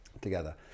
together